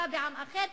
שליטה בעם אחר,